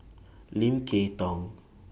Lim Kay Tong